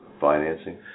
financing